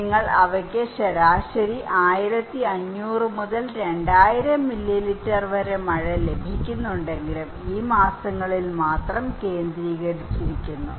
അതിനാൽ അവയ്ക്ക് ശരാശരി 1500 മുതൽ 2000 മില്ലിമീറ്റർ വരെ മഴ ലഭിക്കുന്നുണ്ടെങ്കിലും ഈ മാസങ്ങളിൽ മാത്രം കേന്ദ്രീകരിച്ചിരിക്കുന്നു